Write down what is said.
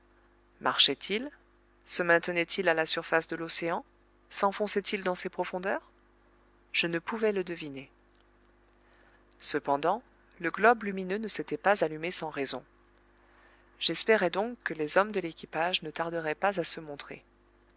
marchait il se maintenait il à la surface de l'océan senfonçait il dans ses profondeurs je ne pouvais le deviner cependant le globe lumineux ne s'était pas allumé sans raison j'espérais donc que les hommes de l'équipage ne tarderaient pas à se montrer